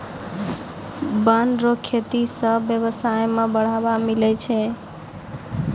वन रो खेती से व्यबसाय में बढ़ावा मिलै छै